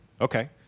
Okay